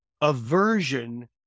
Aversion